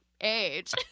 age